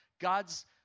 God's